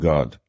God